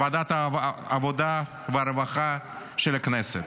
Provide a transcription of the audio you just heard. ועדת העבודה והרווחה של הכנסת,